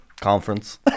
Conference